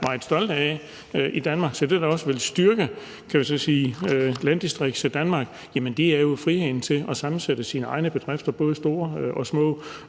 er meget stolte af i Danmark. Så det, der også vil styrke landdistrikter i Danmark, er friheden til at sammensætte sine egne bedrifter, både store og små.